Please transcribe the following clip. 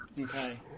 Okay